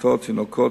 פעוטות ותינוקות,